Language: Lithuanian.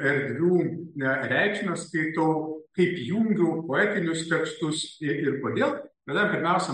erdvių na reikšmes skaitau kaip jungu poetinius tekstus ir ir kodėl tada pirmiausia